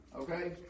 Okay